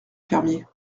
fermier